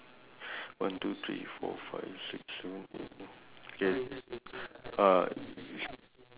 one two three four five six seven eight nine eh I I have ten you know